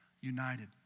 united